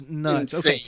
nuts